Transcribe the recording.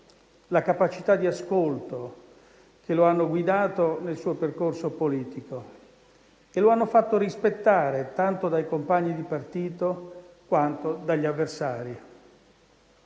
la capacità di ascolto che lo hanno guidato nel suo percorso politico e lo hanno fatto rispettare, tanto dai compagni di partito, quanto dagli avversari.